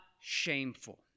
Shameful